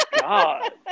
God